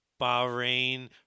Bahrain